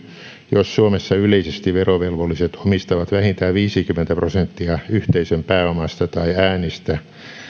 jos suomessa yleisesti verovelvolliset omistavat vähintään viisikymmentä prosenttia yhteisön pääomasta tai äänistä